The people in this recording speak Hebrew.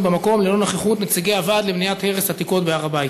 במקום ללא נוכחות נציגי הוועד למניעת הרס עתיקות בהר-הבית.